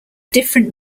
different